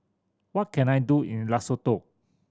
what can I do in Lesotho